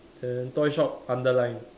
then toy shop underline